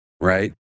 right